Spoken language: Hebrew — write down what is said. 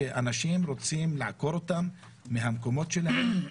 אנשים שרוצים לעקור אותם מהמקומות שלהם.